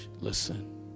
listen